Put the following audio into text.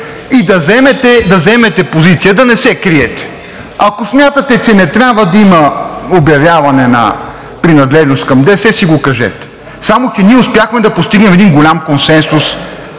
и да заемете позиция, да не се криете. Ако смятате, че не трябва да има обявяване на принадлежност към ДС, си го кажете. Само че ние успяхме да постигнем един голям консенсус